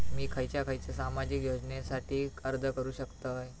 मी खयच्या खयच्या सामाजिक योजनेसाठी अर्ज करू शकतय?